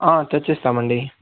ఆ తెచ్చి ఇస్తామండి